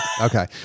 Okay